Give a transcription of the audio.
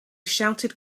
shouted